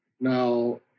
Now